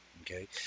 Okay